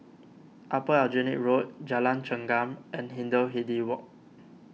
Upper Aljunied Road Jalan Chengam and Hindhede Walk